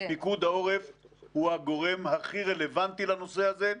פיקוד העורף הוא הגורם הכי רלוונטי לנושא הזה,